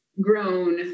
grown